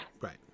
Right